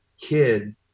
kid